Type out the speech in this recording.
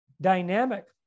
dynamic